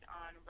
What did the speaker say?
on